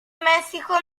messico